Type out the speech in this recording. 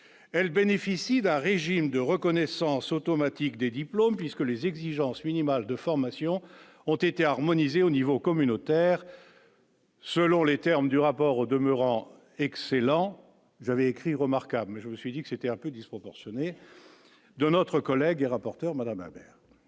Elle bénéficie d'un régime de reconnaissance automatique des diplômes puisque les exigences minimales de formation ont été harmonisé au niveau communautaire. Selon les termes du rapport au demeurant excellent, vous avez écrit remarquable mais